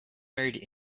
married